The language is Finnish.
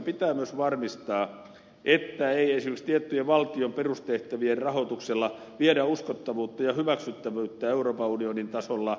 pitää myös varmistaa että ei esimerkiksi tiettyjen valtion perustehtävien rahoituksella viedä uskottavuutta ja hyväksyttävyyttä euroopan unionin tasolla